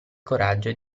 coraggio